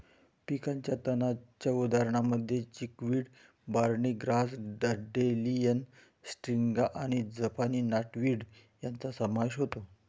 पिकाच्या तणांच्या उदाहरणांमध्ये chickweed, barny grass, dandelion, striga आणि जपानी नॉटवीड यांचा समावेश होतो